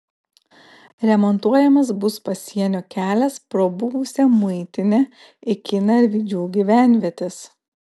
remontuojamas bus pasienio kelias pro buvusią muitinę iki narvydžių gyvenvietės